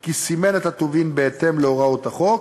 כי סימן את הטובין בהתאם להוראות החוק,